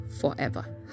forever